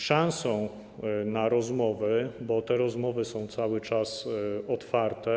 Szansą na rozmowę, bo te rozmowy są cały czas otwarte.